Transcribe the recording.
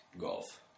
golf